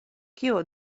kio